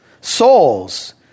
Souls